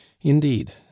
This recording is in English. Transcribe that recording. indeed